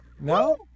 No